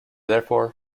therefore